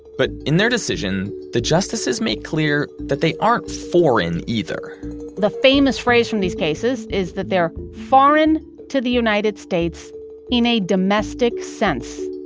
but in their decision, the justices make clear that they aren't foreign either the famous phrase from these cases is that they're foreign to the united states in a domestic sense.